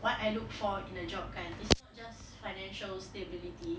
what I look for in a job kan it's not just financial stability